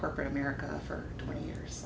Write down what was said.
corporate america for twenty years